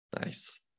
Nice